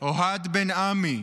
אוהד בן עמי,